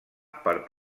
per